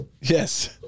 Yes